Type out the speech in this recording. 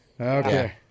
Okay